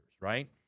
right